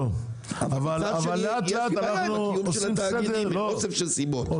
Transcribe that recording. אבל מצד שני צריך לעשות סדר בתאגידים מאוסף של סיבות.